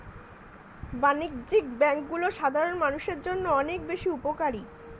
বাণিজ্যিক ব্যাংকগুলো সাধারণ মানুষের জন্য অনেক বেশি উপকারী